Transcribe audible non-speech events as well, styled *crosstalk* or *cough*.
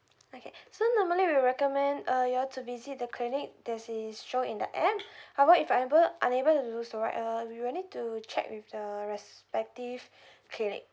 okay *breath* so normally we'll recommend uh you all to visit the clinic that is show in the app *breath* however if unable unable to do so right uh we'll need to check with the respective *breath* clinic